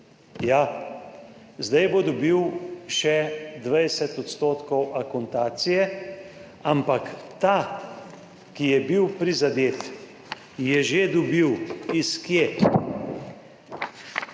Ja, zdaj bo dobil še 20 % akontacije, ampak ta, ki je bil prizadet, je že dobil. Iz kje?